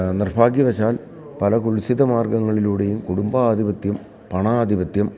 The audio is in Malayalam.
നിർഭാഗ്യവശാൽ പല കുത്സിത മാർഗ്ഗങ്ങളിലൂടെയും കുടുംബാധിപത്യം പണാധിപത്യം